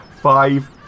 five